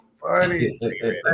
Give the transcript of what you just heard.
funny